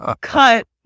cut